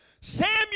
Samuel